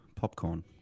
popcorn